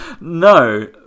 no